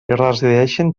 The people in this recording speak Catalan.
resideixen